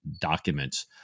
documents